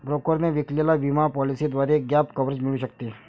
ब्रोकरने विकलेल्या विमा पॉलिसीद्वारे गॅप कव्हरेज मिळू शकते